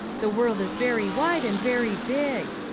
the world is very wide and very big.